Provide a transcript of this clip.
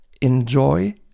enjoy